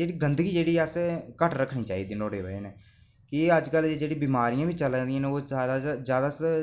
जेह्ड़ी गंदगी जेह्ड़ी अस घट्ट रक्खनी चाहिदी दी नुहाड़ी बजह कन्नै की अज्जकल जेह्ड़ियां बमारियां बी चला दियां ओह् जादै ते